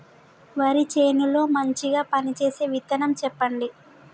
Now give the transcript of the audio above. వరి చేను లో మంచిగా పనిచేసే విత్తనం చెప్పండి?